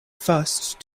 first